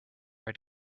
had